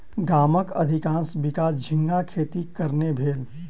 गामक अधिकाँश विकास झींगा खेतीक कारणेँ भेल